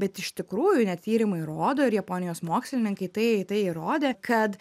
bet iš tikrųjų net tyrimai rodo ir japonijos mokslininkai tai tai įrodė kad